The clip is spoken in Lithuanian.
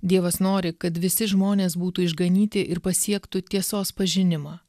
dievas nori kad visi žmonės būtų išganyti ir pasiektų tiesos pažinimą